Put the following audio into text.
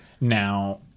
Now